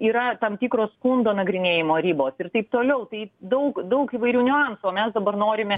yra tam tikros skundo nagrinėjimo ribos ir taip toliau tai daug daug įvairių niuansų o mes dabar norime